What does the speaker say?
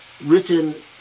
written